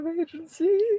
agency